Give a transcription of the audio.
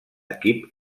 equip